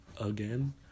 again